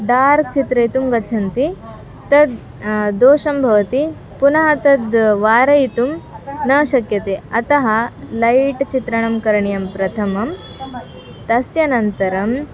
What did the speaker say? dark चित्रयितुं गच्छन्ति तद् दोषं भवति पुनः तद् वारयितुं न शक्यते अतः लैट् चित्रणं करणीयं प्रथमं तस्य अनन्तरं